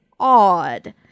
odd